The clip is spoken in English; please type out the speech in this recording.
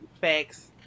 Facts